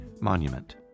monument